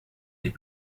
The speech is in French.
des